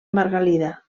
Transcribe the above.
margalida